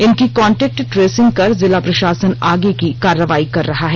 इनकी contact tracing कर जिला प्रशासन आगे की कार्रवाई कर रहा है